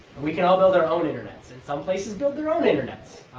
we can all build our own internets. and some places build their own internets.